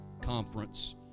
conference